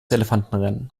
elefantenrennen